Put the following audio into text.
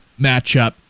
matchup